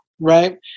right